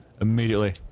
Immediately